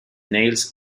nails